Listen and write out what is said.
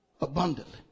abundantly